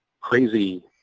crazy